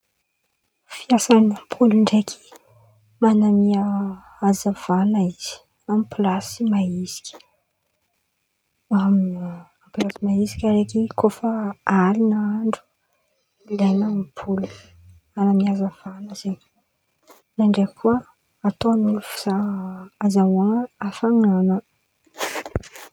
Fiasan̈y ampoly ndraiky man̈amia hazavan̈a izy amy plasy maiziky araiky kô fa alin̈a andra ilain̈a ampoly an̈amia azavan̈ana zen̈y ndraindray koa ataon̈olo fiza- azahoan̈a hafan̈ana.